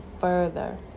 further